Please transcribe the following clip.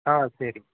ஆ சரி